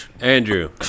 Andrew